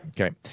Okay